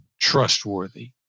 trustworthy